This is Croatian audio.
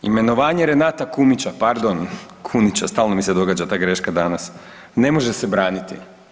Imenovanje Renata Kumića, pardon Kunića stalno mi se događa ta greška danas, ne može se braniti.